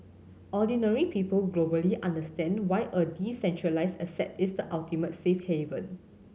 ordinary people globally understand why a decentralised asset is the ultimate safe haven